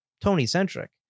Tony-centric